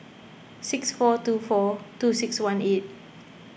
six four two four two six one eight